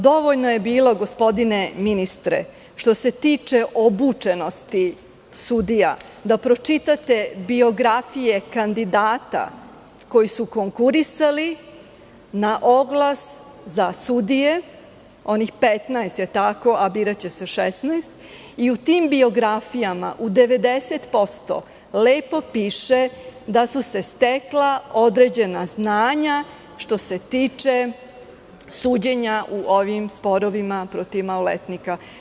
Dovoljno je bilo, gospodine ministre, što se tiče obučenosti sudija da pročitate biografije kandidata koji konkurisali na oglas za sudije onih 15, a biraće se 16 i u tim biografijama u 90% lepo piše da su se stekla određena znanja što se tiče suđenja u ovim sporovima protiv maloletnika.